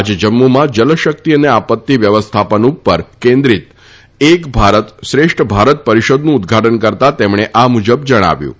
આજે જમ્મુમાં જલશક્તિ અને આપત્તિ વ્યવસ્થાપન ઉપર કેન્દ્રિત એક ભારત શ્રેષ્ઠ ભારત પરિષદનું ઉદ્દઘાટન કરતાં તેમણે આ મુજબ જણાવ્યું હતું